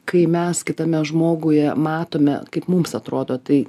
kai mes kitame žmoguje matome kaip mums atrodo tai